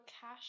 cash